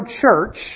church